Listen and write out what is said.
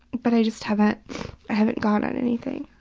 but i just haven't haven't gone on anything.